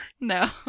No